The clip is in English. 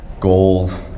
Goals